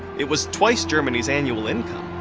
it was twice germany's annual income!